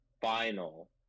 final